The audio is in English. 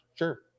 Sure